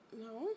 No